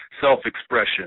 self-expression